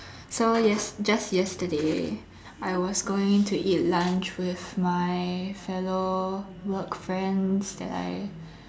so yes~ just yesterday I was going to eat lunch with my fellow work friends that I